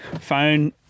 phone